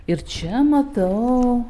ir čia matau